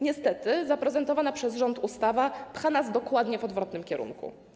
Niestety zaprezentowana przez rząd ustawa pcha nas dokładnie w odwrotnym kierunku.